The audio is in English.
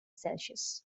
celsius